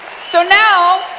so now,